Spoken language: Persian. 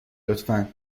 لطفا